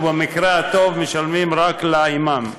ובמקרה הטוב משלמים רק לאימאם.